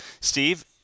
Steve